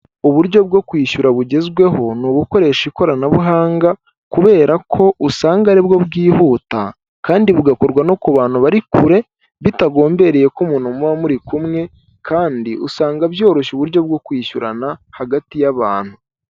Uburyo bwo kwishyura bugezweho, ni ugukoresha ikoranabuhanga kubera ko usanga aribwo bwihuta kandi bugakorwa no ku bantu bari kure, bitagombereye ko umuntu muba muri kumwe kandi usanga byoroshye uburyo bwo kwishyurana hagati y'abantu.